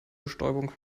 bestäubung